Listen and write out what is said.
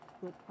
good